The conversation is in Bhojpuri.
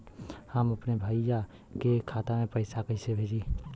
हम अपने भईया के खाता में पैसा कईसे भेजी?